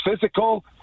physical